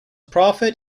profit